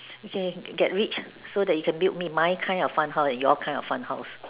okay get rich so that you can build me my kind of fun house and your kind of fun house